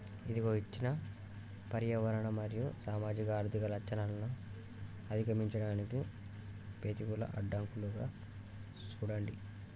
ఇదిగో ఇచ్చిన పర్యావరణ మరియు సామాజిక ఆర్థిక లచ్చణాలను అధిగమించడానికి పెతికూల అడ్డంకులుగా సూడండి